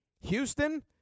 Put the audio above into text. Houston